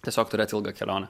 tiesiog turėt ilgą kelionę